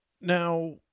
Now